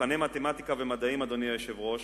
ומבחני מתמטיקה ומדעים, אדוני היושב-ראש,